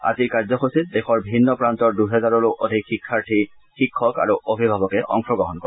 আজিৰ কাৰ্যসূচীত দেশৰ ভিন্ন প্ৰান্তৰ দুহেজাৰৰো অধিক শিক্ষাৰ্থী শিক্ষক আৰু অভিভাৱকে অংশগ্ৰহণ কৰে